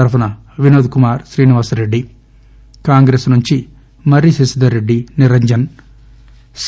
తరఫున వినోద్కుమార్ శ్రీనివాస్రెడ్డి కాంగ్రెస్ నుండి మర్రి శశిధర్రెడ్డి నిరంజన్ సి